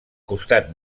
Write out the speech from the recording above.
costat